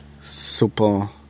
super